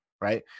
right